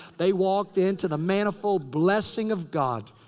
they walked into the manifold blessing of god.